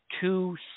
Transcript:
two